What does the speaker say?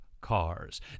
cars